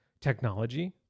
technology